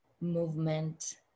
movement